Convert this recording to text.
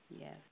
Yes